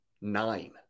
nine